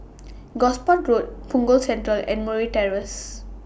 Gosport Road Punggol Central and Murray Terrace